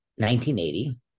1980